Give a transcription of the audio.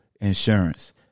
Insurance